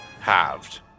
Halved